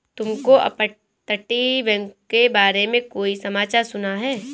तुमने अपतटीय बैंक के बारे में कोई समाचार सुना है?